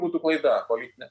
būtų klaida politinė